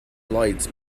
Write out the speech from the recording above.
lights